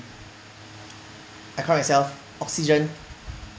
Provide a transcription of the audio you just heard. I correct myself oxygen